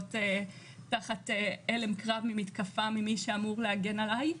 להיות תחת הלם קרב ממתקפה ממי שאמור להגן עלי,